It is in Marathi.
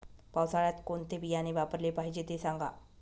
पावसाळ्यात कोणते बियाणे वापरले पाहिजे ते सांगा